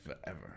forever